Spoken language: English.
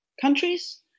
countries